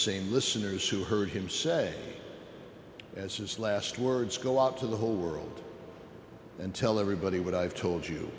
same listeners who heard him say as his last words go out to the whole world and tell everybody what i've told you